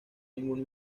ninguna